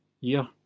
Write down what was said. year